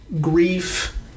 grief